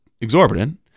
exorbitant